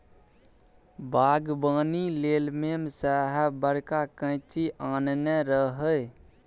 बागबानी लेल मेम साहेब बड़का कैंची आनने रहय